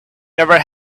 never